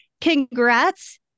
congrats